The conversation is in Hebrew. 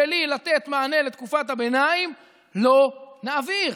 בלי לתת מענה לתקופת הביניים לא נעביר.